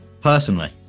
Personally